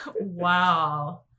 Wow